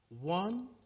one